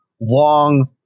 long